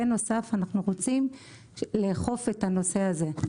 בנוסף אנחנו רוצים לאכוף את הנושא הזה.